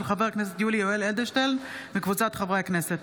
של חבר הכנסת יולי יואל אדלשטין וקבוצת חברי הכנסת.